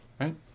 Right